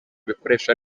bikoresha